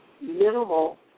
minimal